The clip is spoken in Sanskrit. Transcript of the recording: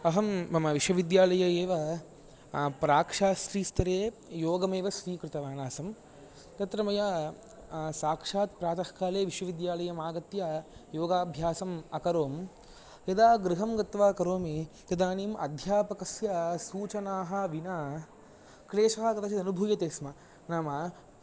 अहं मम विश्वविद्यालये एव प्राक् शास्त्रीस्तरे योगमेव स्वीकृतवान् आसम् तत्र मया साक्षात् प्रातःकाले विश्वविद्यालयम् आगत्य योगाभ्यासम् अकरोम् यदा गृहं गत्वा करोमि तदानीम् अध्यापकस्य सूचनाः विना क्लेशः कदाचित् अनुभूयते स्म नाम